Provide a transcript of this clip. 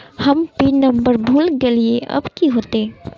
हम pin number भूल गलिऐ अब की होते?